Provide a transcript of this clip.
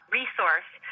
resource